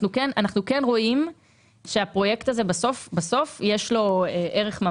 אנחנו כן רואים שהפרויקט הזה בסוף יש לו ערך.